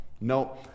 no